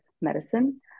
medicine